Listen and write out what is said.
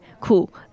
cool